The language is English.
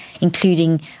including